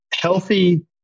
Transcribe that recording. healthy